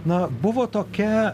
na buvo tokia